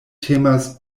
temas